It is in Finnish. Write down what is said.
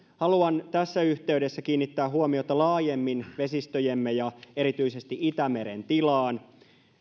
haluan tässä yhteydessä kiinnittää huomiota laajemmin vesistöjemme ja erityisesti itämeren tilaan